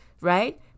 right